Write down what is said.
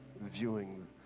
viewing